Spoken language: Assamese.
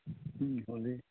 হ'লেই